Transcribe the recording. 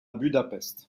budapest